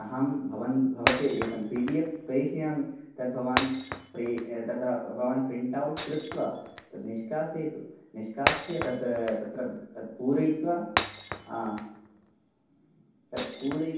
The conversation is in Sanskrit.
अहं भवन् भवते एकं पि डि एफ़् प्रेषयामि तद्भवान् प्रे तत् भवान् प्रिण्ट् औट् कृत्वा निष्कासयतु निष्कास्य तत् तत्र पूरयित्वा तत् पूरय